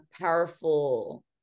powerful